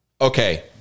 Okay